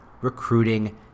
recruiting